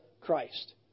Christ